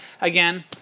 Again